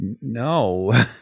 no